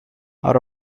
are